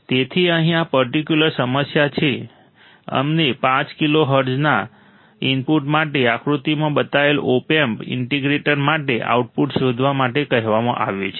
તેથી અહીં આ પર્ટિક્યુલર સમસ્યા માટે અમને 5 કિલોહર્ટ્ઝના ઇનપુટ માટે આકૃતિમાં બતાવેલ ઓપ એમ્પ ઇન્ટિગ્રેટર માટે આઉટપુટ શોધવા માટે કહેવામાં આવ્યું છે